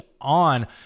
on